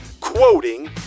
quoting